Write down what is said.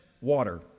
water